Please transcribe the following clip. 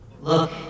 Look